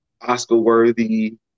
Oscar-worthy